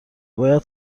باید